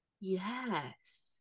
Yes